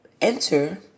enter